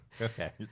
Okay